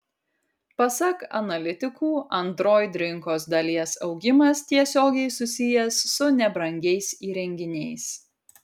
pasak analitikų android rinkos dalies augimas tiesiogiai susijęs su nebrangiais įrenginiais